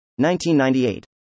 1998